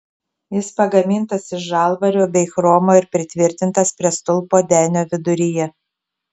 jis pagamintas iš žalvario bei chromo ir pritvirtintas prie stulpo denio viduryje